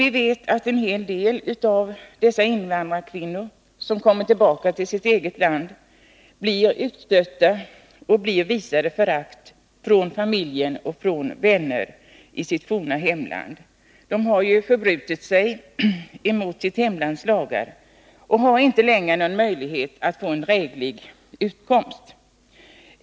Vi vet att många av de invandrarkvin nor som kommer tillbaka till sitt eget land blir utstötta. Det visas förakt från familjens och vännernas sida i det gamla hemlandet. De här kvinnorna har ju förbrutit sig mot sitt hemlands lagar och har inte längre någon möjlighet till en utkomst.